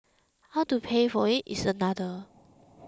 how to pay for it is another